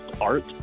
art